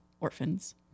orphans